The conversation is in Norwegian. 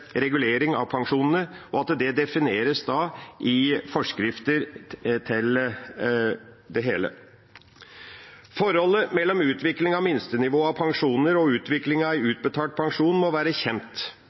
regulering av pensjonene, og at det defineres i forskrifter til det hele. Forholdet mellom utvikling av minstenivået av pensjoner og utviklinga